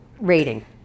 rating